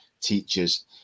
teachers